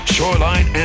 Shoreline